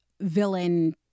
villain